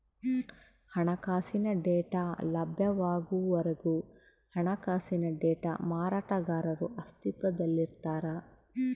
ಹಣಕಾಸಿನ ಡೇಟಾ ಲಭ್ಯವಾಗುವವರೆಗೆ ಹಣಕಾಸಿನ ಡೇಟಾ ಮಾರಾಟಗಾರರು ಅಸ್ತಿತ್ವದಲ್ಲಿರ್ತಾರ